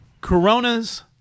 coronas